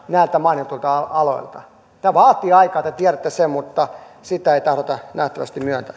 näiltä mainituilta aloilta tämä vaatii aikaa te tiedätte sen mutta sitä ei tahdota nähtävästi myöntää